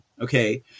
Okay